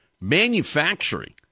Manufacturing